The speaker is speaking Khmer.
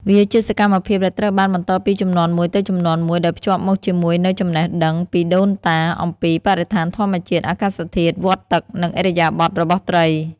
វាជាសកម្មភាពដែលត្រូវបានបន្តពីជំនាន់មួយទៅជំនាន់មួយ ដោយភ្ជាប់មកជាមួយនូវចំណេះដឹងពីដូនតាអំពីបរិស្ថានធម្មជាតិ អាកាសធាតុ វដ្តទឹក និងឥរិយាបថរបស់ត្រី។